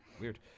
Weird